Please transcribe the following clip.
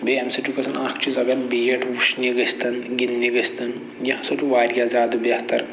بیٚیہِ اَمہِ سۭتۍ چھُ گژھان اکھ چیٖز اگر بٮ۪ٹ وٕچھنہِ گٔژھۍتَن گِندنہِ گٔژھۍتَن یہِ ہسا چھُ واریاہ زیادٕ بہتر